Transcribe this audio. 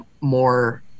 more